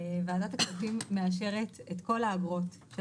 ועדת הכספים מאשרת את כל האגרות של